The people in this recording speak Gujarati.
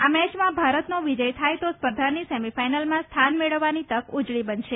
આ મેચમાં ભારતનો વિજય થાય તો સ્પર્ધાની સેમી ફાઇનલમાં સ્થાન મેળવવાની તક ઉજળી બનશે